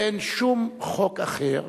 ואין שום חוק אחר